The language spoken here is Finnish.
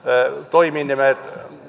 toiminimet